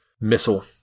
missile